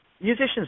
musicians